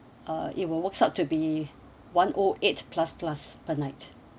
uh it will works out to be one O eight plus plus per night